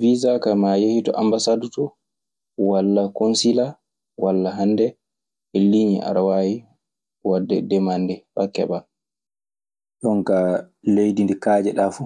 Wisaa kaa ma a yehii ammbasadu nii walla konsila, walla hannde linñe aɗa wadde demande faa keɓaa. Jon kaa leydi ndi kaajeɗaa fu.